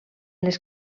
les